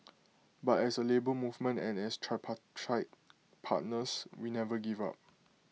but as A Labour Movement and as tripartite partners we never give up